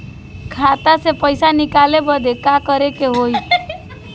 खाता से पैसा निकाले बदे का करे के होई?